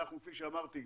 כפי שאמרתי,